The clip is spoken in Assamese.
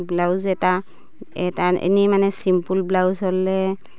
ব্লাউজ এটা এটা এনেই মানে ছিম্পুল ব্লাউজ হ'লে